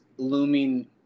looming